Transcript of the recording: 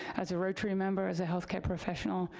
as a rotary member, as a health care professional,